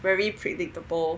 very predictable